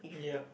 yup